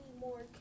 more